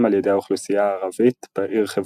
על ידי האוכלוסייה הערבית בעיר חברון.